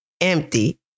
empty